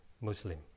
Muslim